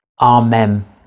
Amen